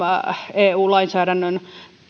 eu lainsäädännön